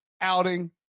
outing